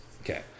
Okay